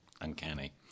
Uncanny